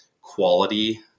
quality